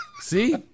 See